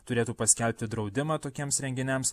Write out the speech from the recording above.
turėtų paskelbti draudimą tokiems renginiams